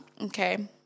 Okay